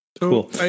Cool